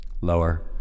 Lower